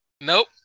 Nope